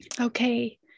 okay